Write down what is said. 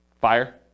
Fire